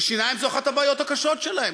שהשיניים הן אחת הבעיות הקשות שלהם,